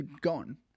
gone